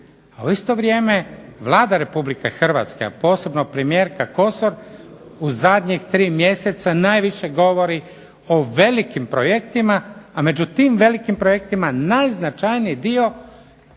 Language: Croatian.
A u isto vrijeme Vlada Republike Hrvatske a posebno premijerka KOsor u zadnjih tri mjeseca najviše govori o velikim projektima, a među tim velikim projektima najvažniji dio